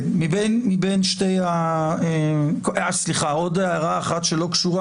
סליחה, עוד הערה אחת שלא קשורה.